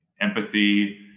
Empathy